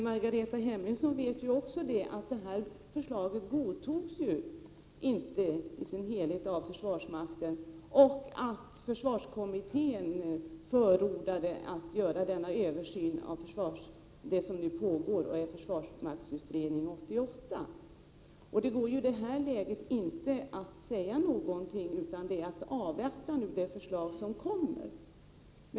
Margareta Hemmingsson vet också att förslaget inte godtogs i sin helhet av försvarsmakten och att försvarskommittén förordade den översyn som nu pågår, dvs. försvarsmaktsutredningen 88. Det går inte att säga någonting i detta läge, utan vi måste avvakta de förslag som kommer.